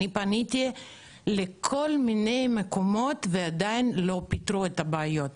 פניתי לכל מיני מקומות ועדיין לא פתרו את הבעיות.